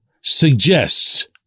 suggests